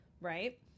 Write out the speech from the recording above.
Right